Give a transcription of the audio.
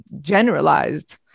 generalized